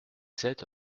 sept